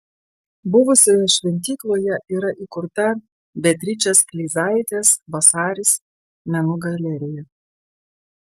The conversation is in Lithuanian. buvusioje šventykloje yra įkurta beatričės kleizaitės vasaris menų galerija